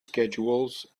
schedules